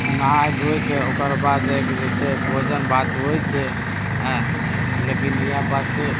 नहाइ धोइके ओकर बाद जाइके जे छै भोजन भात होइत छै आयँ लेकिन इएह बात छै